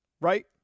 right